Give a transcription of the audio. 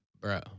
Bro